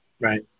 Right